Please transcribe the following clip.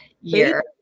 year